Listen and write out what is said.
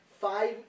five